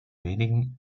wenigen